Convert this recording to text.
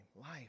Life